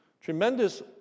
tremendous